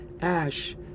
Ash